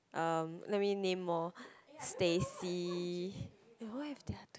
uh let me name more Stacy